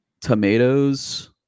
tomatoes